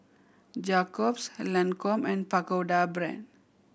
Jacob's Lancome and Pagoda Brand